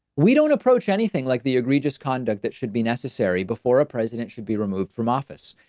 we don't approach anything like the egregious conduct that should be necessary before a president should be removed from office.